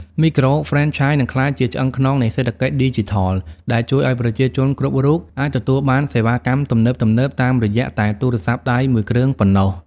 មីក្រូហ្វ្រេនឆាយនឹងក្លាយជា "ឆ្អឹងខ្នងនៃសេដ្ឋកិច្ចឌីជីថល" ដែលជួយឱ្យប្រជាជនគ្រប់រូបអាចទទួលបានសេវាកម្មទំនើបៗតាមរយៈតែទូរស័ព្ទដៃមួយគ្រឿងប៉ុណ្ណោះ។